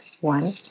one